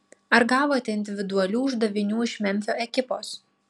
ar gavote individualių uždavinių iš memfio ekipos